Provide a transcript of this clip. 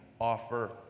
offer